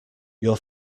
your